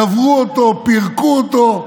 קברו אותו, פירקו אותו.